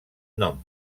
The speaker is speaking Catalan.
nom